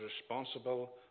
responsible